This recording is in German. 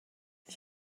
ich